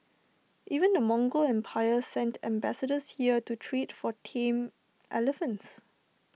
even the Mongol empire sent ambassadors here to trade for tame elephants